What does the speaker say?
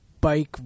bike